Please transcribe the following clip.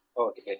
Okay